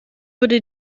wurde